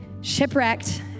shipwrecked